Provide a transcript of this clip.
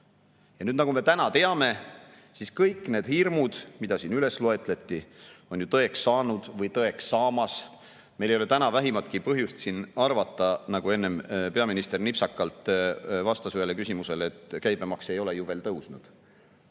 Ja nüüd, nagu me täna teame, kõik need hirmud, mida siin üles loeti, on ju tõeks saanud või tõeks saamas. Meil ei ole täna vähimatki põhjust siin arvata … Enne peaminister vastas nipsakalt ühele küsimusele, et käibemaks ei ole ju veel tõusnud.